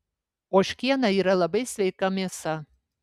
ožkiena yra labai sveika mėsa